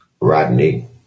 Rodney